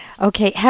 Okay